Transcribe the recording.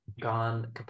gone